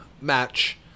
match